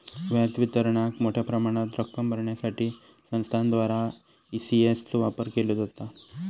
व्याज वितरणाक मोठ्या प्रमाणात रक्कम भरण्यासाठी संस्थांद्वारा ई.सी.एस चो वापर केलो जाता